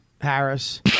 Harris